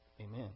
Amen